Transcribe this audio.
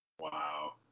Wow